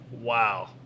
Wow